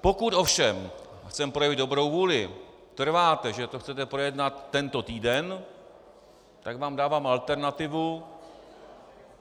Pokud ovšem, chceme projevit dobrou vůli, trváte na tom, že to chcete projednat tento týden, tak vám dávám alternativu,